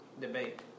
debate